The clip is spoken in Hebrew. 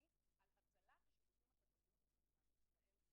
על הצלת השירותים החברתיים במדינת ישראל.